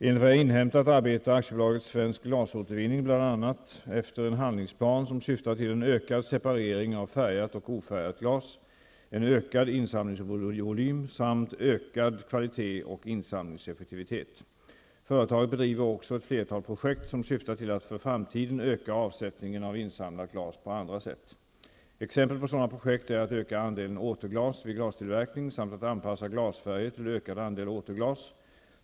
Enligt vad jag inhämtat arbetar AB Svensk Glasåtervinning bl.a. efter en handlingsplan som syftar till en ökad separering av färgat och ofärgat glas, en ökad insamlingsvolym samt ökad kvalitet och insamlingseffektivitet. Företaget bedriver också ett flertal projekt, som syftar till att för framtiden öka avsättningen av insamlat glas på andra sätt. Exempel på sådana projekt är att öka andelen återglas vid glastillverkning samt att anpassa glasfärger till ökad andel återglas.